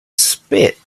spit